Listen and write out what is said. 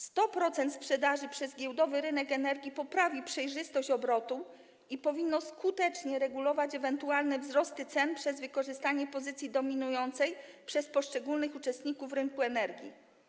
100% sprzedaży poprzez giełdowy rynek energii poprawi przejrzystość obrotu i powinno skutecznie regulować ewentualne wzrosty cen przez wykorzystanie pozycji dominującej przez poszczególnych uczestników rynku energii.